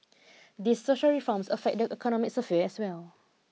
these social reforms affect the economic sphere as well